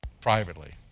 privately